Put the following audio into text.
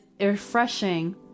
refreshing